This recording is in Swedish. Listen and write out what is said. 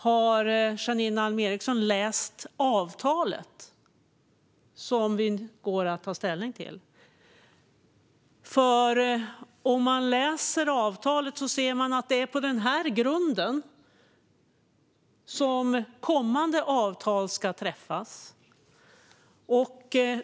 Har Janine Alm Ericson läst avtalet som vi nu ska ta ställning till? Om man läser avtalet ser man att det är på den här grunden som kommande avtal ska träffas.